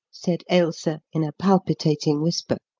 said ailsa in a palpitating whisper.